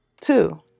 two